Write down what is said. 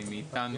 מאתנו,